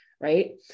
right